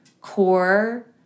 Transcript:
core